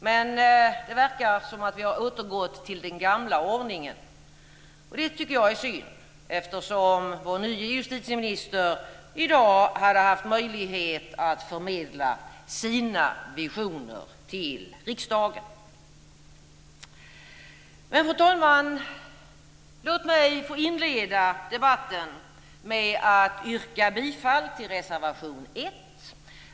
Men det verkar som att vi har återgått till den gamla ordningen, och det tycker jag är synd, eftersom vår nye justitieminister i dag hade haft möjlighet att förmedla sina visioner till riksdagen. Fru talman! Låt mig få inleda debatten med att yrka bifall till reservation 1.